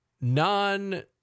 non